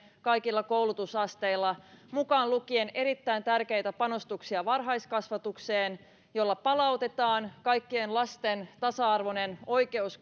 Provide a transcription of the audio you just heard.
kaikilla koulutusasteilla mukaan lukien erittäin tärkeitä panostuksia varhaiskasvatukseen jolla palautetaan kaikkien lasten tasa arvoinen oikeus